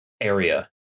area